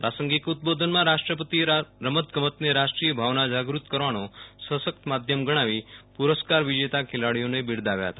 પ્રાસંગિક ઉદબોધનમાં રાષ્ટ્રપતિએ રમતગમતને રાષ્ટ્રીય ભાવના જાગૃત કરવાનો સશક્ત માધ્યમ ગણાવી પુરસ્કાર વિજેતા ખેલાડીઓને બિરદાવ્યા હતા